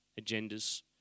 agendas